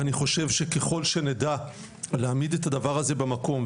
אני חושב שככל שנדע להעמיד את הדבר הזה במקום,